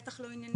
בטח לא עניניים.